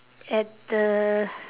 at the